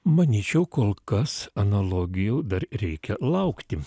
manyčiau kol kas analogijų dar reikia laukti